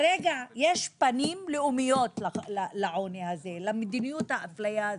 יש פנים לאומיות לעוני הזה, למדיניות האפליה הזו.